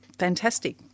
Fantastic